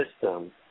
system